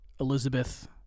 Elizabeth